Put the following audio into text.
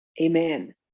amen